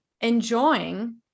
enjoying